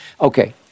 Okay